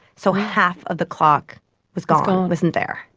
so half of the clock was gone, wasn't there.